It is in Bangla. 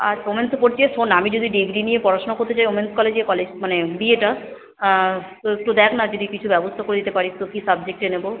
আচ্ছা ওমেন্সে পড়তে শোন না আমি যদি ডিগ্রি নিয়ে পড়াশোনা করতে চাই ওমেন্স কলেজে কলেজ মানে বিএটা তো একটু দেখ না যদি কিছু ব্যবস্থা করে দিতে পারিস তো কী সাবজেক্টে নেবো